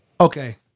Okay